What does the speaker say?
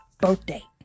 birthday